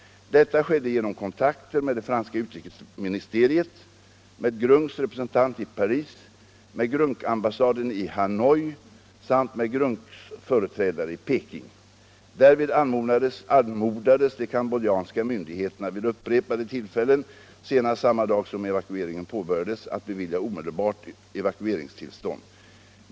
Detta skedde genom kontakter med det franska utrikesministeriet, med GRUNK:s representant i Paris, med GRUNK-ambassaden i Hanoi samt med GRUNK:s företrädare i Peking. Därvid anmodades de cambodjanska myndigheterna vid upprepade tillfällen — senast samma dag som evakueringen påbörjades 3 —- att bevilja omedelbart evakueringstillstånd.